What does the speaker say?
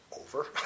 over